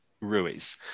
Ruiz